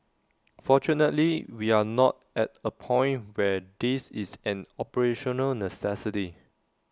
fortunately we are not at A point where this is an operational necessity